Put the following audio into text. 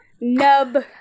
Nub